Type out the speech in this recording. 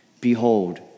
Behold